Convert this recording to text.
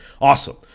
Awesome